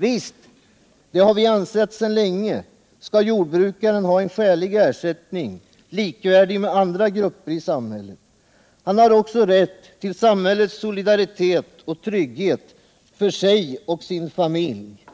Visst — det har vi ansett sedan länge — skall jordbrukaren ha en skälig ersättning, likvärdig med vad andra grupper i samhället får. Han har också rätt till samhällets solidaritet och trygghet för sig och sin familj.